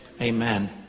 Amen